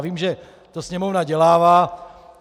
Vím, že to sněmovna dělává.